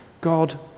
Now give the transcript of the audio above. God